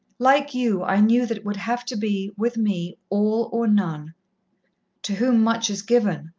like you, i knew that it would have to be, with me, all or none to whom much is given,